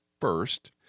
first